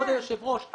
כבוד היושב ראש,